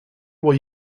why